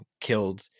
killed